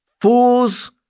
Fools